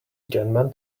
gunman